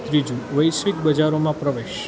ત્રીજું વૈશ્વિક બજારોમાં પ્રવેશ